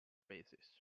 basis